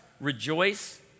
rejoice